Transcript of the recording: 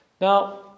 Now